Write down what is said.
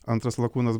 antras lakūnas